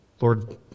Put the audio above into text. Lord